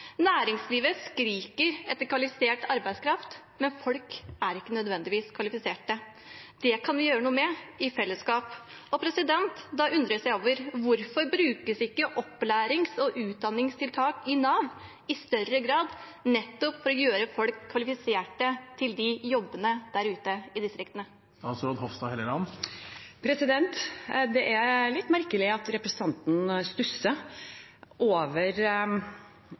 Næringslivet skriker etter kvalifisert arbeidskraft, men folk er ikke nødvendigvis kvalifisert. Det kan vi i fellesskap gjøre noe med. Da undres jeg over hvorfor opplærings- og utdanningstiltak i Nav ikke brukes i større grad for å gjøre folk kvalifisert til jobbene der ute i distriktene. Det er litt merkelig at representanten stusser over